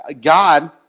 God